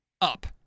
up